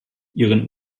ihren